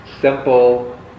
simple